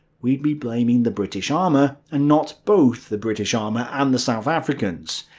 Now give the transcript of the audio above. we'd be blaming the british armour and not both the british armour and the south africans.